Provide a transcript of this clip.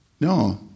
No